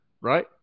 right